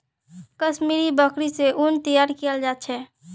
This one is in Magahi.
कश्मीरी बकरि स उन तैयार कियाल जा छेक